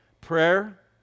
prayer